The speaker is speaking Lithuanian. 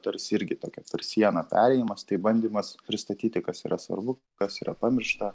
tarsi irgi tokia per sieną perėjimas tai bandymas pristatyti kas yra svarbu kas yra pamiršta